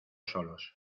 solos